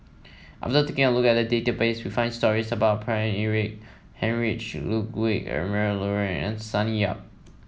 after taking a look at the database we found stories about Paine Eric Heinrich Ludwig Emil Luering and Sonny Yap